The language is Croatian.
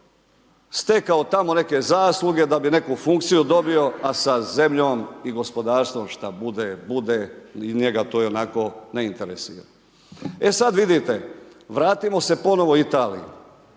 stekao tamo neke zasluge, da bi neku funkciju dobio, a sa zemljom i gospodarstvom, šta bude, bude, njega to ionako ne interesira. E sada vidite, vratimo se ponovo Italiji.